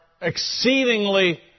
exceedingly